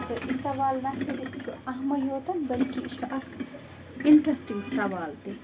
تہٕ یہِ سوال نہ صرف چھُ اہمٕے یوت بلکہِ یہِ چھُ اَکھ اِنٛٹَرٛسٹِنٛگ سوال تہِ